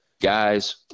Guys